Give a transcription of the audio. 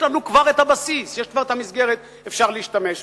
כבר יש לנו הבסיס, כבר יש המסגרת, אפשר להשתמש בה.